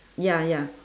ya ya